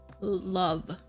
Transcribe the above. love